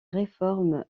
réformes